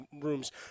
rooms